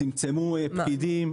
צמצמו פקידים,